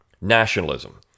nationalism